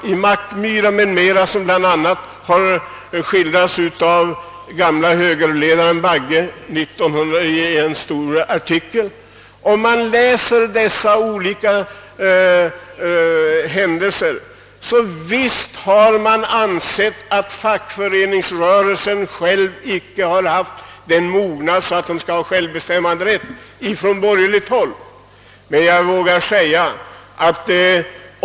Det som hände i Mackmyra har bland annat skildrats av gamle höger ledaren Bagge i en stor artikel. Mot bakgrunden av dessa händelser är det uppenbart att man på borgerligt håll har ansett att fackföreningsrörelsen icke har haft sådan mognad, att den bör ha självbestämmanderätt.